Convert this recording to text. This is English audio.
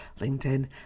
LinkedIn